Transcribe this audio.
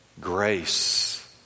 Grace